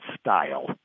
style